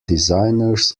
designers